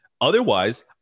Otherwise